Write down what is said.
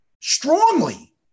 strongly